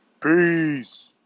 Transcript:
Peace